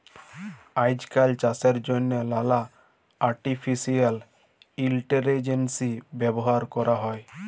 আইজকাল চাষের জ্যনহে লালা আর্টিফিসিয়াল ইলটেলিজেলস ব্যাভার ক্যরা হ্যয়